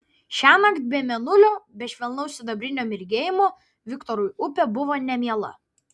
šiąnakt be mėnulio be švelnaus sidabrinio mirgėjimo viktorui upė buvo nemiela